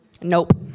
Nope